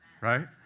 right